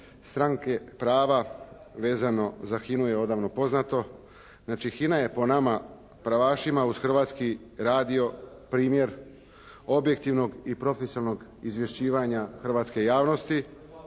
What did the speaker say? stranke prava vezano za HINA-u je već odavno poznato. Znači HINA je po nama pravašima uz Hrvatski radio primjer objektivnog i profesionalnog izvješćivanja hrvatske javnosti